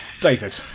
David